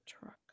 truck